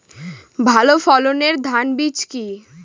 ভালো ফলনের ধান বীজ কি?